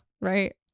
right